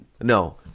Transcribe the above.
No